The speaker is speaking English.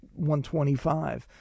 125